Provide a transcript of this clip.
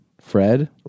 Fred